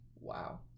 Wow